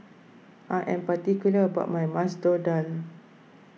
I am particular about my Masoor Dal